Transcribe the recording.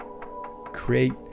create